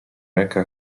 ręka